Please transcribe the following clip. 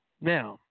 Now